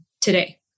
today